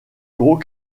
gros